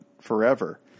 forever